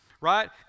right